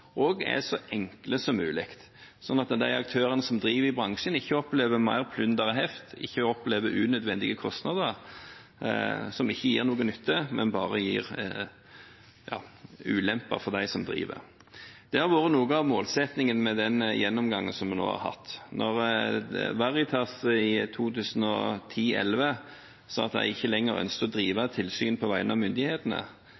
så enkle som mulig, sånn at de aktørene som driver i bransjen, ikke opplever mer plunder og heft eller unødvendige kostnader som ikke gir noen nytte, men bare ulemper for dem som driver. Det har vært noe av målsettingen med den gjennomgangen vi nå har hatt. Da Veritas i 2010/2011 sa at de ikke lenger ønsket å